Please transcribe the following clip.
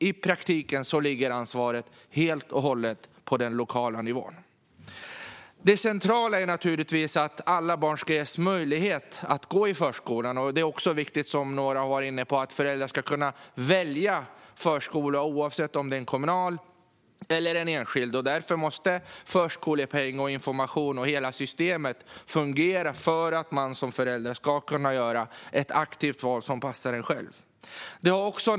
I praktiken ligger nämligen ansvaret helt och hållet på den lokala nivån. Det centrala är naturligtvis att alla barn ska ges möjlighet att gå i förskolan. Det är också, som några har varit inne på, viktigt att föräldrar kan välja förskola, oavsett om den är kommunal eller enskild. Därför måste förskolepengen, informationen och hela systemet fungera så att man som förälder kan göra ett aktivt val som passar en själv.